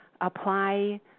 apply